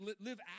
live